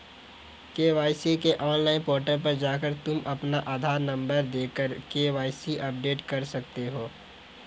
KYC के online portal पर जाकर तुम अपना आधार नंबर देकर के.वाय.सी अपडेट कर सकते हो